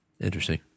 Interesting